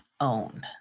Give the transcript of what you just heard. own